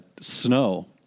snow